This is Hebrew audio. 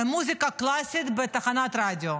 מוזיקה קלאסית בתחנת רדיו?